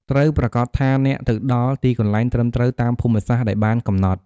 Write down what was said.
ត្រូវប្រាកដថាអ្នកទៅដល់ទីកន្លែងត្រឹមត្រូវតាមភូមិសាស្រ្តដែលបានកំណត់។